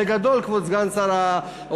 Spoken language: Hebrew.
בגדול, כבוד סגן שר האוצר,